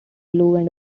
blues